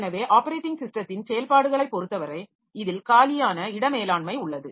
எனவே ஆப்பரேட்டிங் ஸிஸ்டத்தின் செயல்பாடுகளைப் பொறுத்தவரை இதில் காலியான இடமேலாண்மை உள்ளது